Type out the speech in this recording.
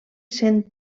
cent